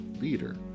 leader